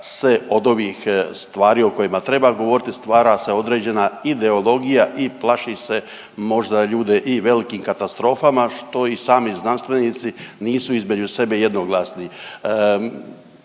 se od ovih stvari o kojima treba govoriti stvara se određena ideologija i plaši se možda ljude i velikim katastrofama što i sami znanstvenici nisu između sebe jednoglasni.